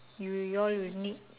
you you all will need